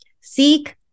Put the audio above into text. seek